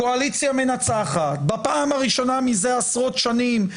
הקואליציה מנצחת בפעם הראשונה מזה עשרות שנים,